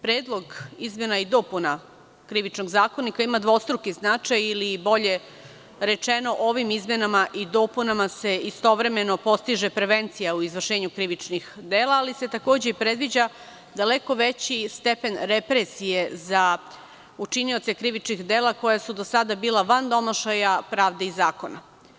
Predlog izmena i dopuna Krivičnog zakonika ima dvostruki značaj ili, bolje rečeno, ovim izmenama i dopunama se istovremeno postiže prevencija u izvršenju krivičnih dela, ali se takođe predviđa daleko veći stepen represije za učinioce krivičnih dela, koji su do sada bila van domašaja pravde i zakona.